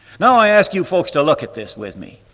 now i ask you folks to look at this with me.